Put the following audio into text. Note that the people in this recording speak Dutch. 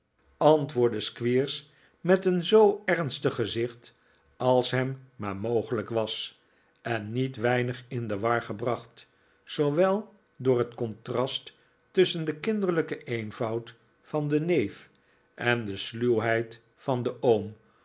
woordde squeers met een zoo ernstig gezicht als hem maar mogelijk was en niet weinig in de war gebracht zoowel door het contrast tusschen den kinderlijken eenvoud van den neef en de sluwheid van den oom